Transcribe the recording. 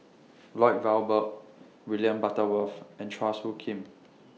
Lloyd Valberg William Butterworth and Chua Soo Khim